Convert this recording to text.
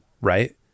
right